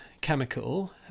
chemical